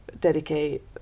dedicate